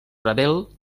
rebel